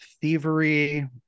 thievery